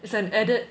is an added